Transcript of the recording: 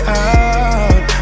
out